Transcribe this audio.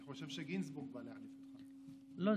אני חושב שגינזבורג, לא.